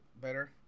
better